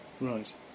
Right